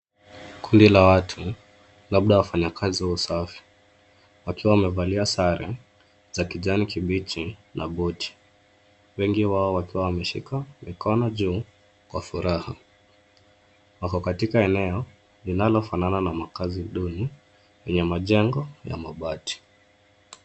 Kundi la watu, labda wafanyakazi wa usafi wakiwa wamevalia sare za kijani kibichi na boti. Wengi wao wakiwa wameshika mikono juu kwa furaha. Wako katika eneo linalofanana na makaazi duni yenye majengo ya mabati.